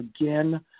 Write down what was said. Again